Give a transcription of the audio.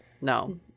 No